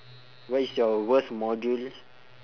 what is your worst module